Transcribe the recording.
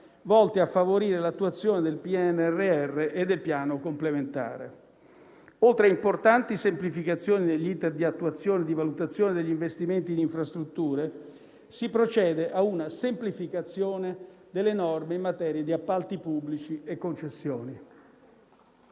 volte a favorire l'attuazione del PNRR e del Piano complementare. Oltre a importanti semplificazioni negli *iter* di attuazione e di valutazione degli investimenti in infrastrutture, si procede a una semplificazione delle norme in materia di appalti pubblici e concessioni.